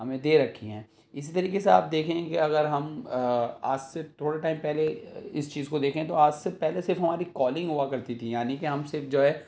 ہمیں دے رکھیں ہیں اسی طریقے سے آپ دیکھیں گے کہ اگر ہم آج سے تھوڑے ٹائم پہلے اس چیز کو دیکھیں تو آج سے پہلے صرف ہماری کالنگ ہوا کرتی تھی یعنی کہ ہم صرف جو ہے